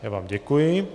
Já vám děkuji.